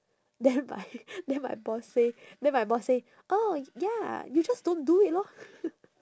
then my then my boss say then my boss say oh ya you just don't do it lor